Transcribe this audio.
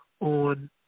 on